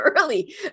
early